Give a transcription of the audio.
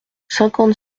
cinquante